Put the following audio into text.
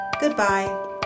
Goodbye